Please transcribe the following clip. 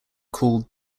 called